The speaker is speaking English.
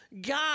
God